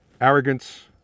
arrogance